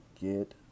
Get